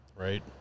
right